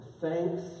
thanks